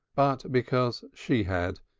but because she had,